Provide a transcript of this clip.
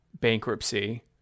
bankruptcy